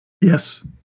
Yes